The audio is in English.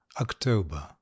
October